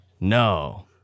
no